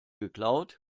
geklaut